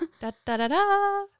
Da-da-da-da